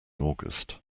august